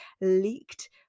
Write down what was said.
leaked